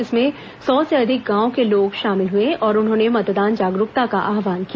इसमें सौ से अधिक गांवों के लोग शामिल हुए और उन्होंने मतदान जागरूकता का आह्वान किया